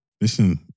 Listen